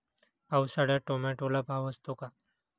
पावसाळ्यात टोमॅटोला भाव असतो का?